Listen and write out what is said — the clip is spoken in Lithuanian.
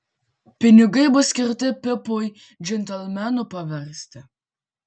pinigai bus skirti pipui džentelmenu paversti